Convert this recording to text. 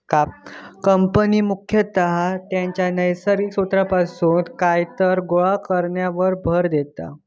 कापणी मुख्यतः त्याच्या नैसर्गिक स्त्रोतापासून कायतरी गोळा करण्यावर भर देता